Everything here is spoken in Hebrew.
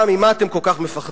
ממה אתם כל כך מפחדים?